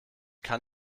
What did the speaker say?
kann